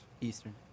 Eastern